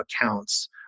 accounts